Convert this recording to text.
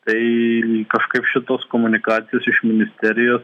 tai kažkaip šitos komunikacijos iš ministerijos